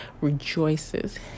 rejoices